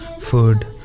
food